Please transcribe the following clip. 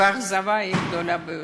והאכזבה היא גדולה ביותר.